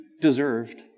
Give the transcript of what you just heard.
deserved